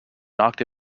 knocked